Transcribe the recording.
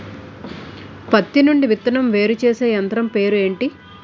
పత్తి నుండి విత్తనం వేరుచేసే యంత్రం పేరు ఏంటి